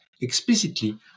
explicitly